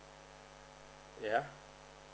yeah